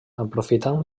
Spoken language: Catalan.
aprofitant